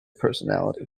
personality